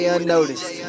Unnoticed